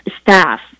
staff